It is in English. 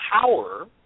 power